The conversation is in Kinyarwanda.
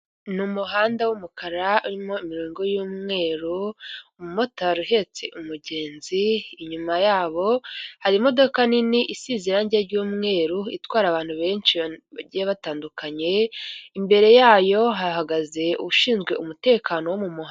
Ni umuhanda w'umukara urimo imirongo y'umweru umumotari uhetse umugenzi inyuma, yabo hari imodoka nini isize irangi ry'umweru itwara abantu benshi bagiye batandukanye, imbere yayo hahagaze ushinzwe umutekano wo mu muha.